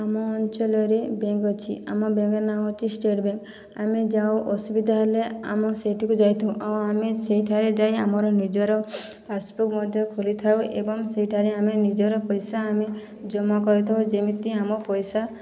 ଆମ ଅଞ୍ଚଲରେ ବେଙ୍କ ଅଛି ଆମ ବେଙ୍କର ନା ହେଉଛି ଷ୍ଟେଟ ବେଙ୍କ ଆମେ ଯେଉଁ ଅସୁବିଧା ହେଲେ ଆମେ ସେହିଠିକୁ ଯାଇଥାଉ ଆଉ ଆମେ ସେହିଠାରେ ଯାଇ ଆମର ନିଜର ପାସବୁକ ମଧ୍ୟ ଖୋଲି ଥାଉ ଏବଂ ସେହିଟାରେ ଆମେ ନିଜର ପଇସା ଆମେ ଜମା କରିଥାଉ ଯେମିତି ଆମ ପଇସା